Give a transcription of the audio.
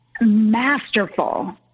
masterful